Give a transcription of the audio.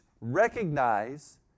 recognize